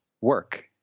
work